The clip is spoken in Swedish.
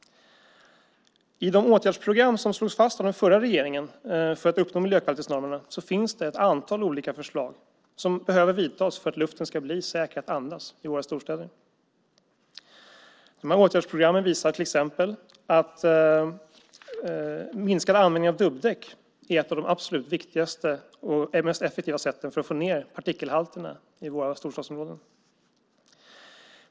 I de åtgärdsprogram för att uppnå miljökvalitetsnormerna som slogs fast av den förra regeringen finns ett antal förslag på åtgärder som behöver vidtas för att luften i våra storstäder ska bli säker att andas. Åtgärdsprogrammen visar till exempel att minskad användning av dubbdäck är ett av de absolut viktigaste och mest effektiva sätten att få ned partikelhalterna i våra storstadsområden.